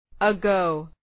Ago